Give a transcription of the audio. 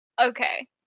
Okay